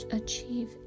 achieve